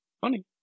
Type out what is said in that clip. funny